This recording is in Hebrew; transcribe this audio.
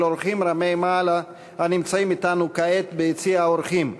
רמי-מעלה הנמצאים אתנו כעת ביציע האורחים,